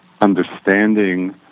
understanding